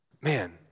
Man